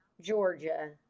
Georgia